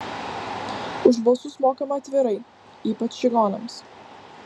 už balsus mokama atvirai ypač čigonams